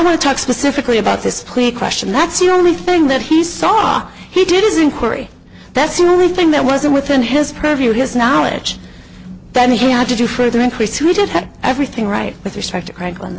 want to talk specifically about this plea question that's the only thing that he saw he did his inquiry that's the only thing that wasn't within his purview his knowledge that he had to do further increase we did have everything right with respect to crank on